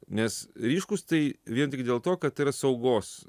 nes ryškūs tai vien tik dėl to kad tai yra saugos